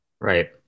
Right